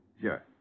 Sure